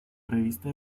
revista